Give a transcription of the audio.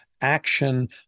action